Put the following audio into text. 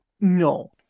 No